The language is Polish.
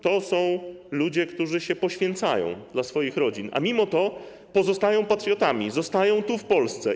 To są ludzie, którzy się poświęcają dla swoich rodzin, a mimo to pozostają patriotami, zostają tu, w Polsce.